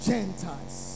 Gentiles